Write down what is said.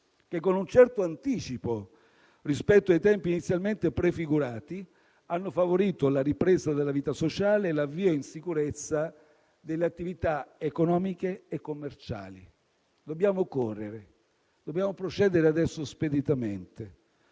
che, con un certo anticipo rispetto ai tempi inizialmente prefigurati, hanno favorito la ripresa della vita sociale e l'avvio in sicurezza delle attività economiche e commerciali. Dobbiamo correre; adesso dobbiamo procedere speditamente.